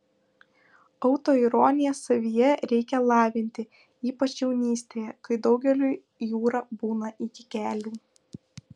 autoironiją savyje reikia lavinti ypač jaunystėje kai daugeliui jūra būna iki kelių